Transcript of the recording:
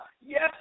Yes